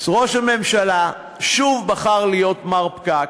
ראש הממשלה שוב בחר להיות מר פקק.